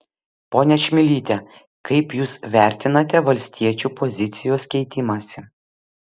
ponia čmilyte kaip jūs vertinate valstiečių pozicijos keitimąsi